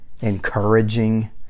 encouraging